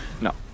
no